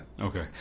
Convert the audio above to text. Okay